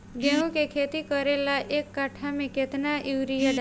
गेहूं के खेती करे ला एक काठा में केतना युरीयाँ डाली?